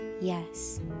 Yes